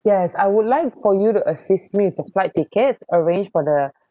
yes I would like for you to assist me for flight tickets arrange for the